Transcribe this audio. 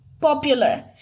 popular